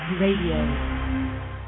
Radio